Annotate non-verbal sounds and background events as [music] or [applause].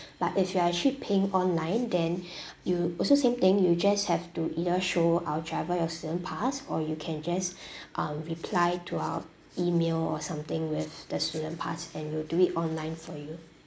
but if you are actually paying online then [breath] you also same thing you just have to either show our driver your student pass or you can just [breath] um reply to our email or something with the student pass and we will do it online for you